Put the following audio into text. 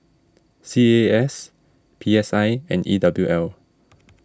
C A A S P S I and E W L